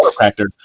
chiropractor